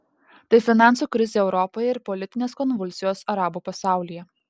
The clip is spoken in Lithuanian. tai finansų krizė europoje ir politinės konvulsijos arabų pasaulyje